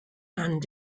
and